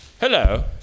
Hello